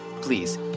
please